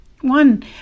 One